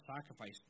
sacrifice